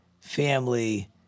family